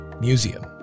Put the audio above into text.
museum